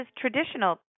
traditional